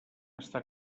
està